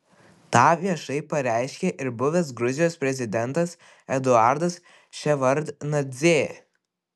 tą viešai pareiškė ir buvęs gruzijos prezidentas eduardas ševardnadzė